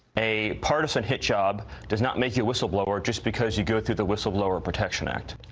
a partisan hit job does not make you a whistleblower just because you go through the whistleblower protection act.